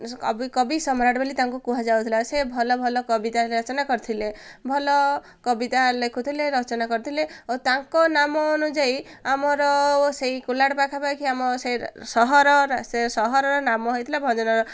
କବି କବି ସମ୍ରାଟ୍ ବୋଲି ତାଙ୍କୁ କୁହାଯାଉଥିଲା ସେ ଭଲ ଭଲ କବିତାରେ ରଚନା କରିଥିଲେ ଭଲ କବିତା ଲେଖୁଥିଲେ ରଚନା କରିଥିଲେ ଓ ତାଙ୍କ ନାମ ଅନୁଯାୟୀ ଆମର ଓ ସେଇ କୁଲ୍ହାଡ଼ ପାଖାପାଖି ଆମ ସେ ସହର ସେ ସହରର ନାମ ହେଇଥିଲା ଭଞ୍ଜନଗର